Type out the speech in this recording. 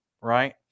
right